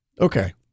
Okay